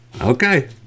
Okay